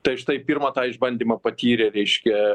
tai štai pirmą tą išbandymą patyrė reiškia